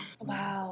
Wow